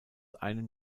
einem